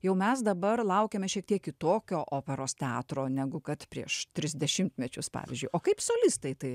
jau mes dabar laukiame šiek tiek kitokio operos teatro negu kad prieš tris dešimtmečius pavyzdžiui o kaip solistai į tai